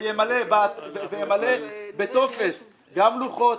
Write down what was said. וימלא בטופס גם לוחות,